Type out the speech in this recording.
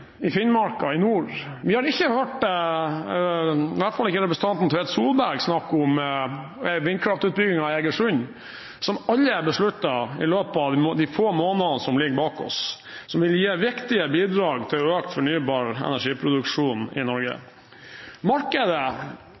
i Finnmark, i nord. Vi har ikke hørt snakk om – i hvert fall ikke fra representanten Tvedt Solberg – vindkraftutbyggingen i Egersund. Alle er besluttet i løpet av få måneder som ligger bak oss, og de vil gi viktige bidrag til økt fornybar energiproduksjon i Norge. Markedet